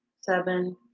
seven